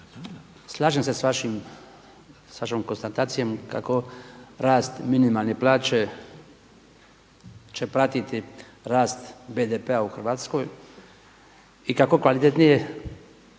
slažem se s vašom konstatacijom kako rast minimalne plaće će pratiti rast BDP-a u Hrvatskoj i kako kvalitetnije